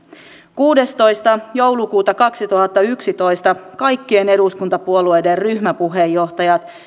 kuudestoista joulukuuta kaksituhattayksitoista kaikkien eduskuntapuolueiden ryhmäpuheenjohtajat